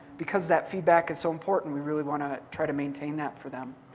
because that feedback is so important, we really want to try to maintain that for them.